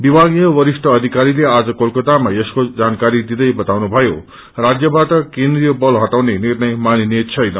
विभागीय वरिष्ठ अधिकारीले आज क्रेलकतामा यसको जानकारी दिदै बताउनुथयो राजयबाट केन्द्रिय बत इटाउने निष्रय मानिने छैन